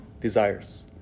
desires